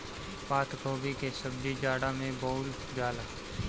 पातगोभी के सब्जी जाड़ा में बोअल जाला